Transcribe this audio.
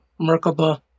Merkaba